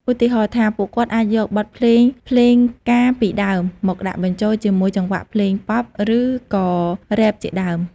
ឧទាហរណ៍ថា ពួកគាត់អាចយកបទភ្លេងភ្លេងការពីដើមមកដាក់បញ្ចូលជាមួយចង្វាក់ភ្លេងប៉ុប ឬក៏រ៉េប ជាដើម។